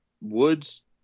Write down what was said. Woods